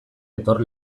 etor